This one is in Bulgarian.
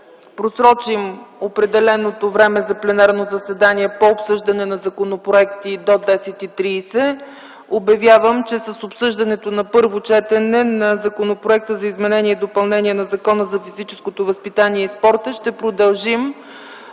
просрочим определеното време за пленарно заседание по обсъждане на законопроекти до 10,30 ч., обявявам, че с обсъждането на първо четене на Законопроекта за изменение и допълнение на Закона за физическото възпитание и спорта ще продължим